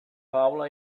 paula